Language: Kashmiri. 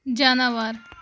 جاناوار